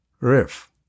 Riff